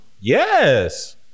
Yes